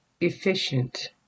efficient